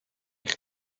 eich